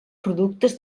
productes